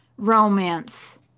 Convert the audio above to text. Romance